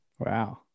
Wow